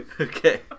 Okay